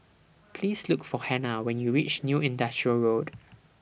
Please Look For Hannah when YOU REACH New Industrial Road